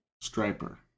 Striper